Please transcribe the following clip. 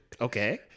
Okay